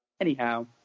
Anyhow